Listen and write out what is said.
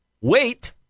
Wait